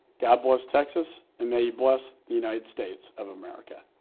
god bless texas and may he bless the united states of america.